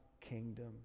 kingdom